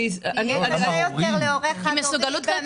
כי יהיה קשה יותר להורה חד הורי --- אותו